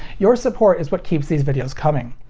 your support is what keeps these videos coming.